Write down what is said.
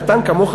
קטן כמוך,